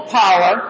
power